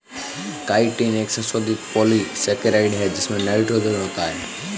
chitin एक संशोधित polysaccharide है जिसमें नाइट्रोजन होता है